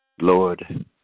Lord